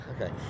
Okay